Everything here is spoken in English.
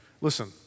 listen